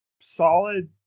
solid